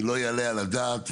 לא יעלה על הדעת,